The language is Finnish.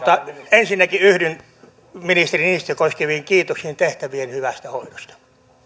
ensinnäkin yhdyn ministeri niinistöä koskeviin kiitoksiin tehtävien hyvästä hoidosta